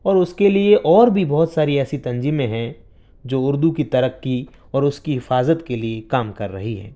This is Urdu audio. اور اس کے لیے اور بھی بہت ساری ایسی تنظیمیں ہیں جو اردو کی ترقی اور اس کی حفاظت کے لیے کام کر رہی ہیں